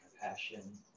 compassion